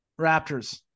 Raptors